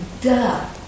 duh